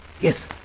Yes